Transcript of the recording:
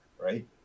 right